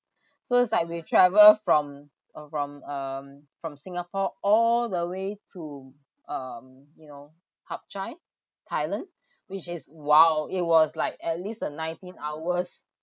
so it's like we travel from um from um from singapore all the way to um you know hap chai thailand which is !wow! it was like at least a nineteen hours